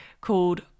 called